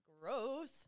Gross